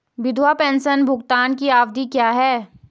विधवा पेंशन भुगतान की अवधि क्या है?